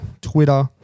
Twitter